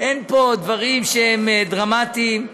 אין פה דברים שהם דרמטיים.